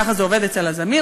ככה זה עובד אצל הזמיר,